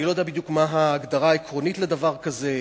אני לא יודע בדיוק מה ההגדרה העקרונית לדבר כזה,